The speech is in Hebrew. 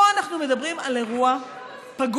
פה אנחנו מדברים על אירוע פגום.